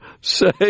say